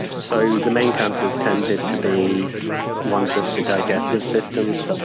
so the main cancers tended to be ones of the digestive systems.